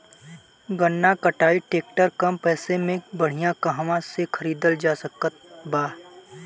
गन्ना कटाई ट्रैक्टर कम पैसे में बढ़िया कहवा से खरिदल जा सकत बा?